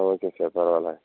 ஆ okay sir பரவாயில்லை